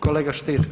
Kolega Stier.